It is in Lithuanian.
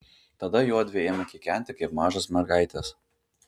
tada juodvi ėmė kikenti kaip mažos mergaitės